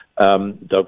Doug